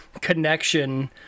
connection